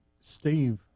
Steve